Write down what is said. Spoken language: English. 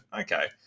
Okay